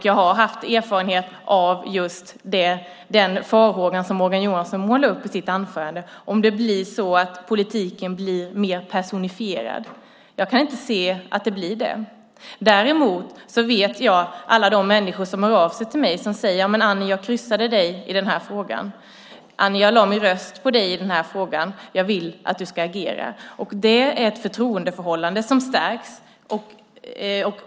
Jag har haft erfarenhet av just den farhåga som Morgan Johansson målar upp i sitt anförande. Blir politiken blir mer personifierad? Jag kan inte se att den blir det. Däremot känner jag till alla de människor som hör av sig till mig och säger: Annie, jag kryssade dig i den här frågan. Annie, jag lade min röst på dig i den här frågan. Jag vill att du ska agera. Det är ett förtroendeförhållande som stärks.